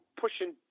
pushing